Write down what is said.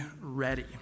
ready